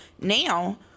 now